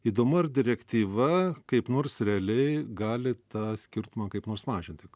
įdomu ar direktyva kaip nors realiai gali tą skirtumą kaip nors mažinti